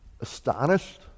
astonished